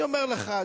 אני אומר לך,